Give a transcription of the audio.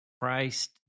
Christ